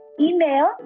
email